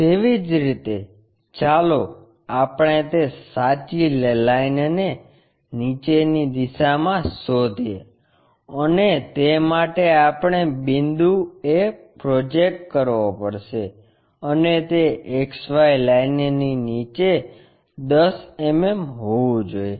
તેવી જ રીતે ચાલો આપણે તે સાચી લાઇનને નીચેની દિશામાં શોધીએ અને તે માટે આપણે બિંદુ એ પ્રોજેક્ટ કરવો પડશે અને તે XY લાઇનની નીચે 10 mm હોવું જોઈએ